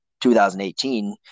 2018